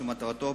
שמטרתו,